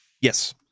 Yes